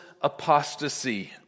apostasy